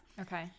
Okay